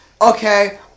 Okay